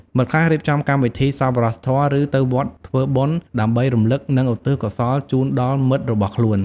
មិត្តខ្លះរៀបចំកម្មវិធីសប្បុរសធម៌ ឬទៅវត្តធ្វើបុណ្យដើម្បីរំលឹក និងឧទ្ទិសកុសលជូនដល់មិត្តរបស់ខ្លួន។